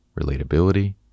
relatability